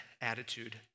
attitude